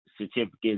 certificate